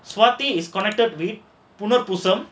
Swathi is connected with Punarpoosam